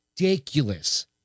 ridiculous